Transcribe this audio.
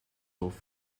hof